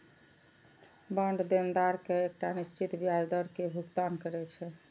bond देनदार कें एकटा निश्चित ब्याज दर के भुगतान करै छै